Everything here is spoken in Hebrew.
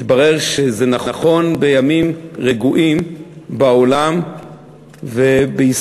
התברר שזה נכון בימים רגועים בעולם ובישראל,